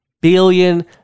billion